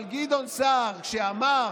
אבל גדעון סער, שאמר